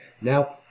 Now